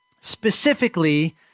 specifically